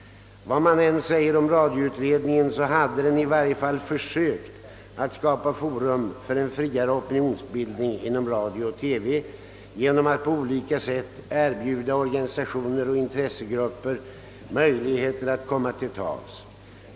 — Vad man än säger om radioutredningen så hade den i alla fall försökt att skapa forum för en friare opinionsbildning inom radio och TV genom att på olika sätt erbjuda organisationer och intressegrupper möjlighet att komma till tals.